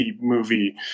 movie